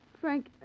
Frank